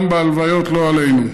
גם בלוויות, לא עלינו.